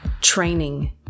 training